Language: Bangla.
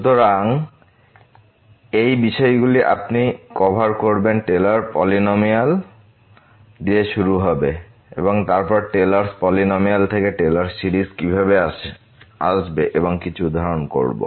সুতরাং এই বিষয়গুলি আপনি কভার করবেন টেলর'স পলিনমিয়াল Taylor's polynomial দিয়ে শুরু হবে এবং তারপর টেলর'স পলিনমিয়াল থেকে এই টেলর সিরিজে ফিরে আসবে এবং কিছু উদাহরণ করবো